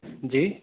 جی